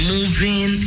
Moving